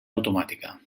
automàtica